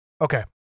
Okay